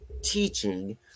teaching